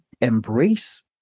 embrace